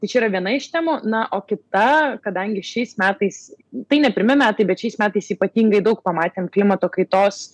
tai čia yra viena iš temų na o kita kadangi šiais metais tai ne pirmi metai bet šiais metais ypatingai daug pamatėm klimato kaitos